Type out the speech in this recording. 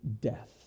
death